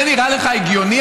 זה נראה לך הגיוני?